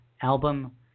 album